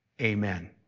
Amen